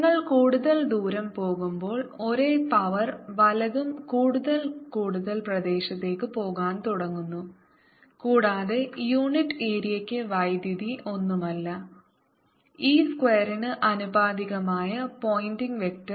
നിങ്ങൾ കൂടുതൽ ദൂരം പോകുമ്പോൾ ഒരേ പവർ വലുതും കൂടുതൽ കൂടുതൽ പ്രദേശത്തേക്ക് പോകാൻ തുടങ്ങുന്നു കൂടാതെ യൂണിറ്റ് ഏരിയയ്ക്ക് വൈദ്യുതി ഒന്നുമല്ല e സ്ക്വയറിന് ആനുപാതികമായ പോയിന്റിംഗ് വെക്റ്റർ